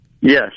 Yes